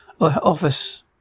Office